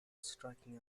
striking